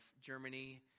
Germany